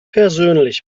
persönlich